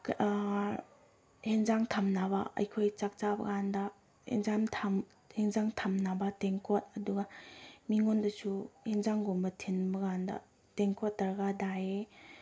ꯑꯦꯟꯁꯥꯡ ꯊꯝꯅꯕ ꯑꯩꯈꯣꯏ ꯆꯥꯛ ꯆꯥꯕ ꯀꯥꯟꯗ ꯑꯦꯟꯁꯥꯡ ꯑꯦꯟꯁꯥꯡ ꯊꯝꯅꯕ ꯌꯦꯡꯀꯣꯠ ꯑꯗꯨꯒ ꯃꯤꯉꯣꯟꯗꯁꯨ ꯑꯦꯟꯁꯥꯡꯒꯨꯝꯕ ꯊꯤꯟꯕꯀꯥꯟꯗ ꯇꯦꯡꯀꯣꯠ ꯗꯔꯀꯥꯔ ꯇꯥꯏꯌꯦ